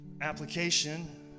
application